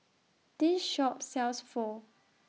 This Shop sells Pho